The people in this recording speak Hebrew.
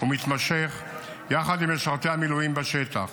ומתמשך יחד עם משרתי המילואים בשטח,